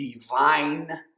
divine